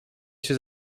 się